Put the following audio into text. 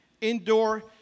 Indoor